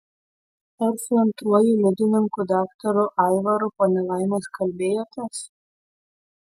ar su antruoju liudininku daktaru aivaru po nelaimės kalbėjotės